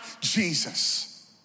Jesus